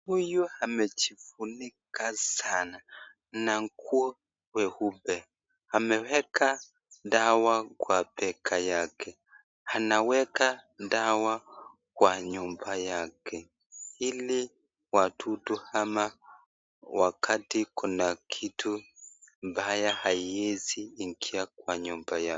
Huyu amejifunika sana na nguo weupe, ameweka dawa kwa bega yake. Anaweka dawa kwa nyumba yake ili wadudu ama wakati kuna kitu mbaya haiwezi ingia kwa nyumba yao.